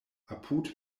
apud